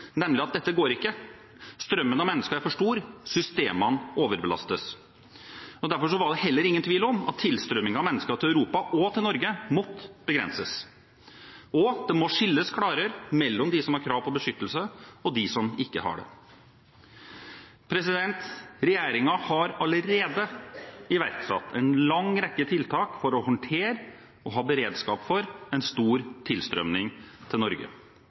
nemlig at dette går ikke. Strømmen av mennesker er for stor, systemene overbelastes. Derfor var det heller ingen tvil om at tilstrømningen av mennesker til Europa, og til Norge, måtte begrenses, og det må skilles klarere mellom dem som har krav på beskyttelse, og dem som ikke har det. Regjeringen har allerede iverksatt en lang rekke tiltak for å håndtere og ha beredskap for en stor tilstrømning til Norge.